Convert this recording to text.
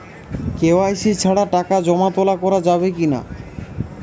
KYC ছাড়া টাকা জমা তোলা করা যাবে কি না?